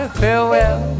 farewell